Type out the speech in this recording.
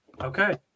Okay